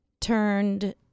turned